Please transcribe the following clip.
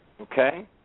Okay